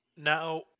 Now